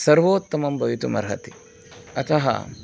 सर्वोत्तमं भवितुमर्हति अतः